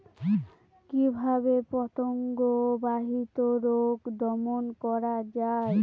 কিভাবে পতঙ্গ বাহিত রোগ দমন করা যায়?